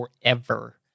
forever